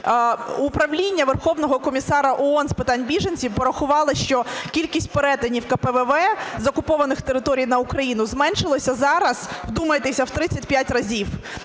Управління Верховного комісара ООН з питань біженців порахували, що кількість перетинів КПВВ з окупованих територій на Україну зменшилося зараз, вдумайтеся, в 35 разів.